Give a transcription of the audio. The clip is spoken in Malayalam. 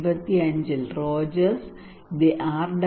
1975 ൽ റോജേഴ്സ് ദി ആർ